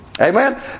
Amen